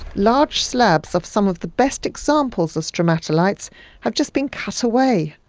large slabs of some of the best examples of stromatolites have just been cut away.